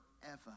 forever